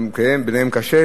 ביניהם גם קשה,